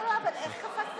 אורית מלכה סטרוק (הציונות הדתית):